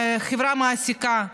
חברה מעסיקה במכרזים?